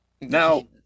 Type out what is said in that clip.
Now